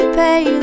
pay